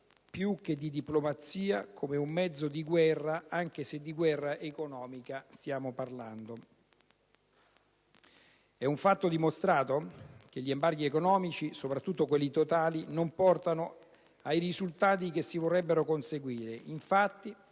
più che di diplomazia, come un mezzo di guerra, anche se di guerra economica stiamo parlando. È un fatto dimostrato che gli embarghi economici, soprattutto quelli totali, non portano ai risultati che si vorrebbero conseguire. Infatti,